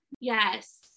Yes